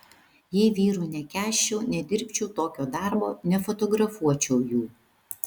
jei vyrų nekęsčiau nedirbčiau tokio darbo nefotografuočiau jų